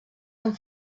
amb